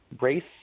race